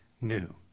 new